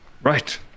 Right